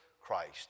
Christ